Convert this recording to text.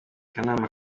akanama